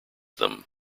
them